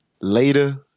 Later